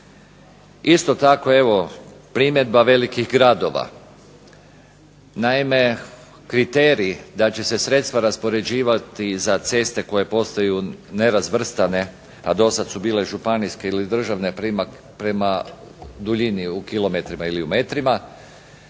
Isto tako evo primjedba velikih gradova. Naime, kriterij da će se sredstva raspoređivati za ceste koje postaju nerazvrstane, a dosad su bile županijske ili državne prema duljini u kilometrima ili u metrima